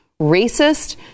racist